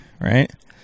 right